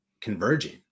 converging